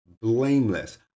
blameless